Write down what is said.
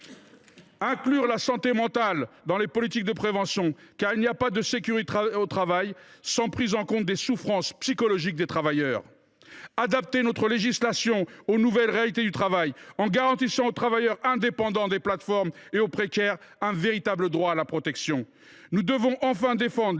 inclure la santé mentale dans les politiques de prévention, car il n’y a pas de sécurité au travail sans prise en compte des souffrances psychologiques des travailleurs. Nous devons adapter notre législation aux nouvelles réalités du travail, en garantissant aux travailleurs indépendants des plateformes et aux précaires un véritable droit à la protection. Nous devons enfin défendre